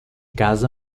casa